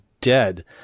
dead